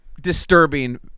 disturbing